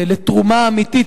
לתרומה אמיתית,